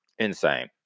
Insane